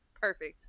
perfect